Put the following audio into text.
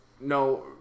No